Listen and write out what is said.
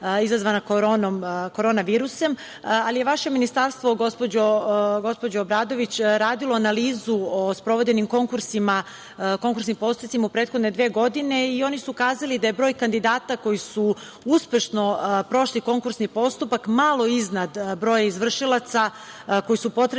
izazvana Korona virusom, ali je vaše ministarstvo, gospođo Obradović, radilo analizu o sprovedenim konkursima, konkursnim postupcima u prethodne dve godine i oni su kazali da je broj kandidata koji su uspešno prošli konkursni postupak malo iznad broja izvršilaca koji su potrebni